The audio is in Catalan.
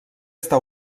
està